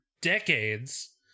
decades